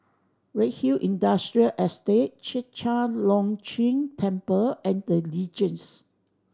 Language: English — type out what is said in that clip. Redhill Industrial Estate Chek Chai Long Chuen Temple and The Legends